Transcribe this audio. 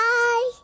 Bye